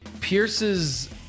Pierce's